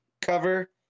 cover